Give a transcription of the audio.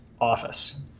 office